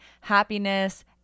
happiness